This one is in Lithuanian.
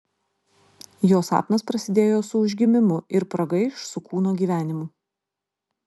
jo sapnas prasidėjo su užgimimu ir pragaiš su kūno gyvenimu